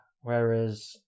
whereas